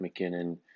McKinnon